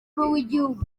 w’igihugu